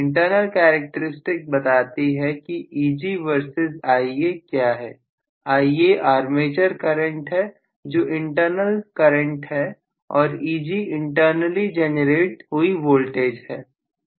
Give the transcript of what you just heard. internal characteristic बताती है की Eg वर्सेस Ia क्या है Ia आर्मेचर करंट है जो इंटरनल करंट है और Eg इंटरनली जनरेट हुई वोल्टेज है